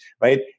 right